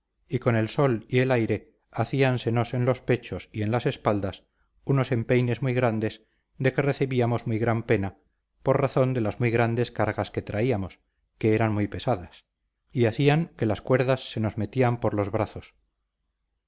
y con el sol y el aire hacíansenos en los pechos y en las espaldas unos empeines muy grandes de que recibíamos muy gran pena por razón de las muy grandes cargas que traíamos que eran muy pesadas y hacían que las cuerdas se nos metían por los brazos